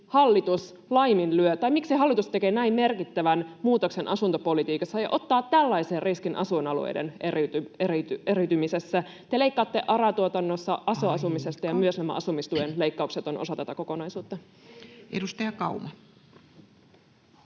hetkellä ollaan. Miksi hallitus tekee näin merkittävän muutoksen asuntopolitiikassa ja ottaa tällaisen riskin asuinalueiden eriytymisessä? Te leikkaatte ARA-tuotannosta, aso-asumisesta, [Puhemies: Aika!] ja myös nämä asumistuen leikkaukset ovat osa tätä kokonaisuutta. Edustaja Kauma.